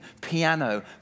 piano